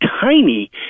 tiny